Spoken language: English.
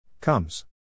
comes